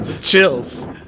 chills